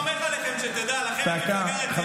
אני סומך עליכם, שתדע, אתם מפלגה רצינית.